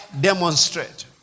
demonstrate